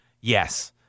Yes